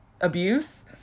abuse